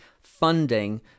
funding